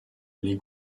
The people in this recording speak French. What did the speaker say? les